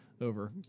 over